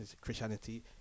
Christianity